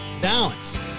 Balance